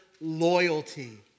loyalty